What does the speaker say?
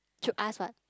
should ask what